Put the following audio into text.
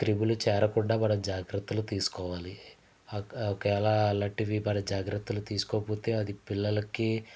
క్రిములు చేరకుండా మనం జాగ్రత్తలు తీసుకోవాలి ఆక ఒకేలా అలాంటివి మనం జాగ్రత్తలు తీసుకోకపోతే అది పిల్లలకి